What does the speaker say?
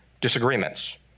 disagreements